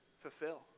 fulfill